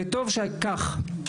וטוב שכך,